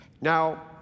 Now